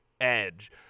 Edge